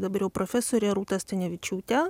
dabar jau profesorė rūta stanevičiūtė